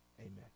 Amen